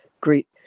great